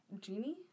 Genie